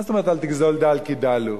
מה זאת אומרת "אל תגזל דל כי דל הוא"?